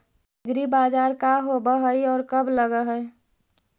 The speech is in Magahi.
एग्रीबाजार का होब हइ और कब लग है?